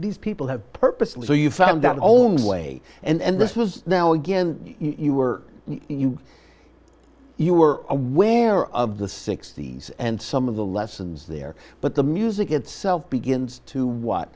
these people have purposely so you found out the only way and this was now again you were you you were aware of the sixty's and some of the lessons there but the music itself begins to what